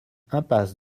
impasse